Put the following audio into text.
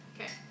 Okay